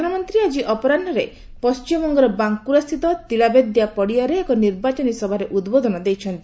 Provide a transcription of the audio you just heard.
ପ୍ରଧାନମନ୍ତ୍ରୀ ଆଜି ଅପରାହ୍ୱରେ ପଣ୍ଢିମବଙ୍ଗର ବାଙ୍କୁରାସ୍ଥିତ ତିଳାବେଦ୍ୟା ପଡ଼ିଆରେ ଏକ ନିର୍ବାଚନୀ ସଭାରେ ଉଦ୍ବୋଧନ ଦେଇଛନ୍ତି